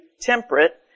temperate